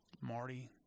Marty